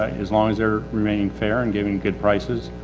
as long as they're remaining fair and giving good prices,